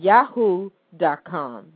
Yahoo.com